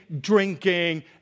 drinking